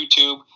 YouTube